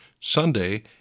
Sunday